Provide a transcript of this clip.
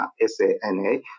S-A-N-A